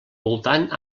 voltant